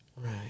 Right